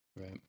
right